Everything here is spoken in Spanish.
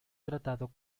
tratado